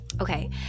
Okay